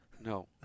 No